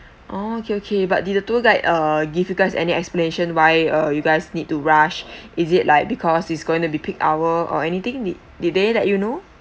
oh okay okay but did the tour guide uh give you guys any explanation why uh you guys need to rush is it like because is going to be peak hour or anything did did they let you know